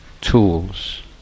tools